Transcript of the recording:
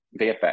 VFX